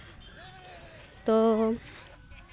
ᱛᱚ